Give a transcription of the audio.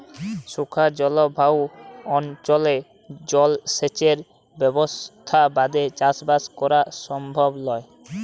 শুখা জলভায়ু অনচলে জলসেঁচের ব্যবসথা বাদে চাসবাস করা সমভব লয়